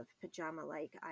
pajama-like